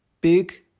Big